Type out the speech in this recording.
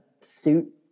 suit